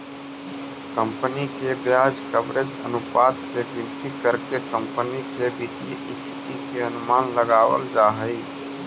company के ब्याज coverage अनुपात के गिनती करके कंपनी के वित्तीय स्थिति के अनुमान लगावल जा हई